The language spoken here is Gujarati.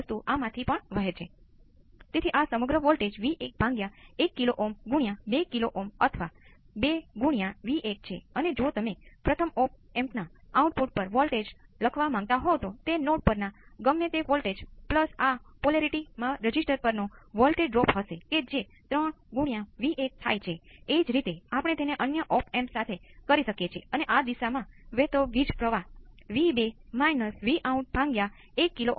પરંતુ તમારી પાસે કોઈપણ પ્રથમ ઓર્ડર સિસ્ટમ ને અનુસરશે જેને તમે ત્યાં જોઈ શકો છો